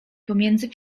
pomiędzy